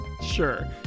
Sure